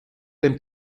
dem